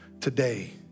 today